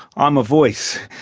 um a voice,